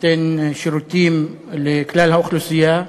שנותן שירותים לכלל האוכלוסייה.